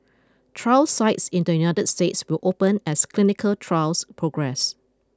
trial sites in the United States will open as clinical trials progress